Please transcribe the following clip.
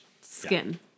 skin